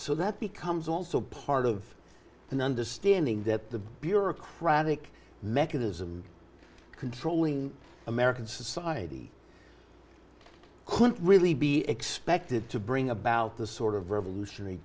so that becomes also part of an understanding that the bureaucratic mechanism controlling american society couldn't really be expected to bring about the sort of revolutionary